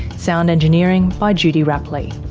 sound engineering by judy rapley.